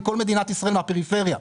מהפריפריה.